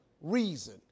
reason